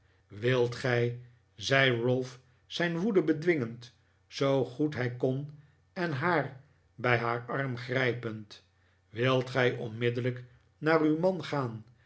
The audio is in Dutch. wilt gij zei ralph zijn woede bedwingend zoo goed hij kon en haar bij haar arm grijpend wilt gij onmiddellijk naar uw man gaan